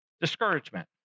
discouragement